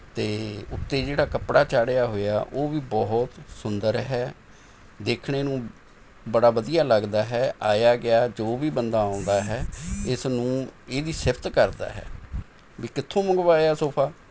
ਅਤੇ ਉੱਤੇ ਜਿਹੜਾ ਕੱਪੜਾ ਚਾੜ੍ਹਿਆ ਹੋਇਆ ਉਹ ਵੀ ਬਹੁਤ ਸੁੰਦਰ ਹੈ ਦੇਖਣ ਨੂੰ ਬੜਾ ਵਧੀਆ ਲੱਗਦਾ ਹੈ ਆਇਆ ਗਿਆ ਜੋ ਵੀ ਬੰਦਾ ਆਉਂਦਾ ਹੈ ਇਸ ਨੂੰ ਇਹਦੀ ਸਿਫ਼ਤ ਕਰਦਾ ਹੈ ਵੀ ਕਿੱਥੋਂ ਮੰਗਵਾਇਆ ਸੋਫਾ